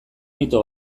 mito